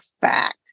fact